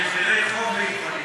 בהסדרי חוב מיוחדים,